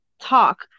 talk